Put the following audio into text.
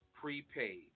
prepaid